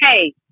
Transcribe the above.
hey